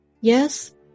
yes